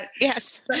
Yes